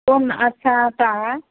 कौन अच्छा आता है